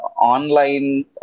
Online